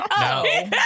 No